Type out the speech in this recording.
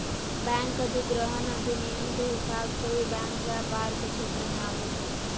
bank अधिग्रहण अधिनियम के हिसाब से ही बैंक व्यापार के क्षेत्र मे आवो हय